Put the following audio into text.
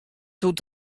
hoecht